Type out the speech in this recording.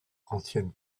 ancienne